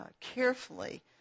carefully